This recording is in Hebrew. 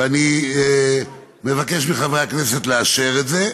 ואני מבקש מחברי הכנסת לאשר את זה.